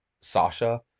Sasha